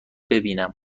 ببینم